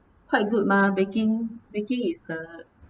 quite good mah baking baking is a